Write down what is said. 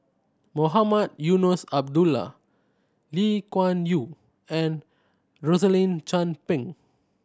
Mohamed Eunos Abdullah Lee Kuan Yew and Rosaline Chan Pang